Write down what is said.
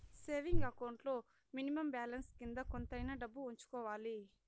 saving account లో minimum balance కింద కొంతైనా డబ్బు ఉంచుకోవాలి